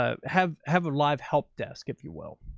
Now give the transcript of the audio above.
ah have, have a live help desk, if you will.